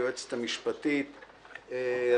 היועצת המשפטית,